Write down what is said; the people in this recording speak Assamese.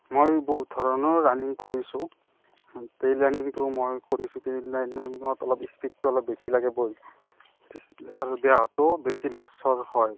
মই বহুত ধৰণৰ ৰানিং কৰিছোঁ ট্ৰেইল ৰানিংটো মই কৰিছোঁ ট্ৰেইল ৰানিঙত অলপ স্পিডটো অলপ বেছি লাগে আৰু দেহাটো বেছি লৰচৰ হয়